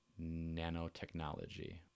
nanotechnology